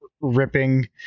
ripping